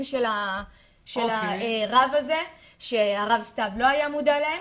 של הרב הזה שהרב סתיו לא היה מודע להם,